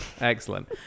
Excellent